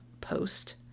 Post